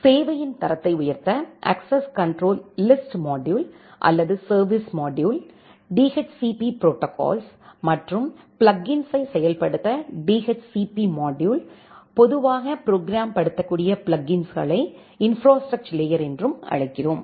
சேவையின் தரத்தை உயர்த்த அக்சஸ் கண்ட்ரோல் லிஸ்ட் மாடுயூல் அல்லது சர்வீஸ் மாடுயூல் DHCP ப்ரோடோகால்ஸ் மற்றும் பிளக்கின்ஸ்களை செயல்படுத்த DHCP மாடுயூல் பொதுவாக ப்ரோக்ராம்படுத்தக்கூடிய பிளக்கின்ஸ்களை இன்ப்ராஸ்ட்ரக்சர் லேயர் என்றும் அழைக்கிறோம்